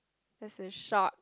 there's a shark